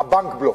ה"בנק בלוף".